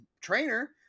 trainer